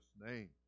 name